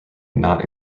not